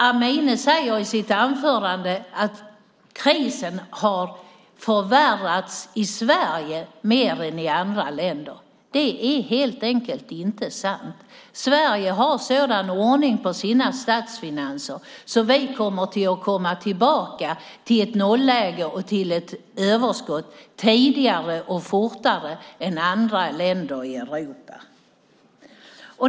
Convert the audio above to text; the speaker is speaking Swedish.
Amineh säger i sitt anförande att krisen har förvärrats i Sverige mer än i andra länder. Det är helt enkelt inte sant. Sverige har sådan ordning på sina statsfinanser att vi kommer att komma tillbaka till ett nolläge och till ett överskott tidigare och fortare än andra länder i Europa.